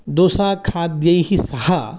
दोसाखाद्यैः सह